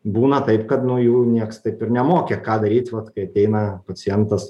būna taip kad nu jų nieks taip ir nemokė ką daryt vat kai ateina pacientas